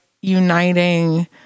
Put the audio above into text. uniting